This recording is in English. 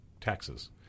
taxes